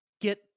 get